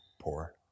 poor